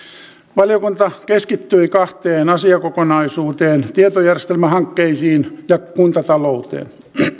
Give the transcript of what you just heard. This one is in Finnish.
valiokunta keskittyi kahteen asiakokonaisuuteen tietojärjestelmähankkeisiin ja kuntatalouteen